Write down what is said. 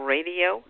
Radio